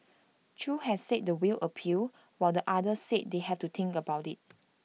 chew has said the will appeal while the other said they have to think about IT